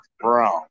Brown